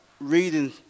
reading